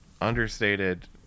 understated